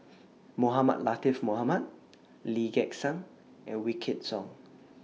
Mohamed Latiff Mohamed Lee Gek Seng and Wykidd Song